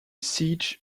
siege